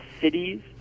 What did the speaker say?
cities